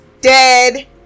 dead